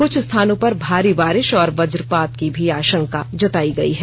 कृछ स्थानों पर भारी बारिष और वजपात की भी आशंका जतायी गयी है